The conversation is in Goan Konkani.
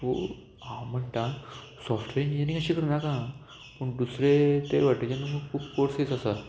सो हांव म्हणटां सॉफ्टवॅर इंजिनियरींग अशें करनाका पूण दुसरे ते वटेच्यान खूब कोर्सीस आसा